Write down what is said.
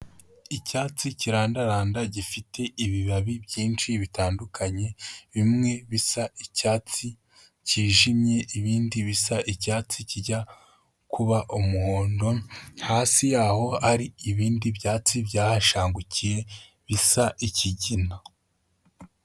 Icyatsi kirandaranda, gifite ibibabi byinshi bitandukanye, bimwe bisa icyatsi cyijimye, ibindi bisa icyatsi kijya kuba umuhondo, hasi yaho hari ibindi byatsi byahashangukiye, bisa ikigina.